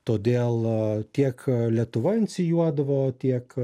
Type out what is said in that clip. todėl tiek lietuva inicijuodavo tiek